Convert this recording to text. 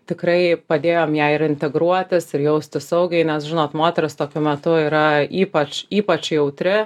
tikrai padėjom jai ir integruotis ir jaustis saugiai nes žinot moterys tokiu metu yra ypač ypač jautri